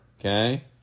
Okay